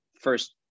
first